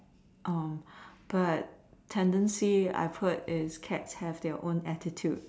um but tendency I heard is that cats have their own attitude